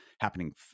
happening